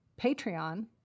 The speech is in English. Patreon